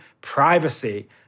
privacy